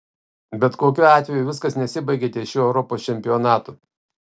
bet kokiu atveju viskas nesibaigia ties šiuo europos čempionatu